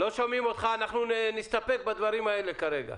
אנחנו נסתפק בדברים האלה כרגע.